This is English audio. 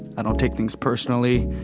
i don't take things personally,